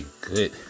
good